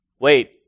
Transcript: wait